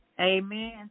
Amen